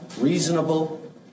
reasonable